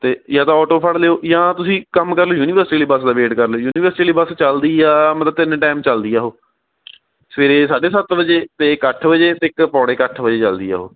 ਅਤੇ ਜਾਂ ਤਾਂ ਓਟੋ ਫੜ ਲਿਓ ਜਾਂ ਤੁਸੀਂ ਇੱਕ ਕੰਮ ਲਿਓ ਯੂਨੀਵਸਟੀ ਵਾਲੀ ਬੱਸ ਦਾ ਵੇਟ ਕਰ ਲਿਓ ਯੂਨੀਵਸਟੀ ਵਾਲੀ ਬੱਸ ਚਲਦੀ ਆ ਮਤਲਬ ਤਿੰਨ ਟਾਈਮ ਚੱਲਦੀ ਆ ਉਹ ਸਵੇਰੇ ਸਾਢੇ ਸੱਤ ਵਜੇ ਅਤੇ ਇੱਕ ਅੱਠ ਵਜੇ ਅਤੇ ਇੱਕ ਪੌਣੇ ਕੁ ਅੱਠ ਵਜੇ ਚੱਲਦੀ ਆ ਉਹ